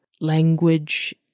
language